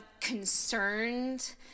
concerned